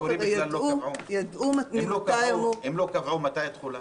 זה שבנוסח המקורי בכלל לא קבעו מתי התחולה?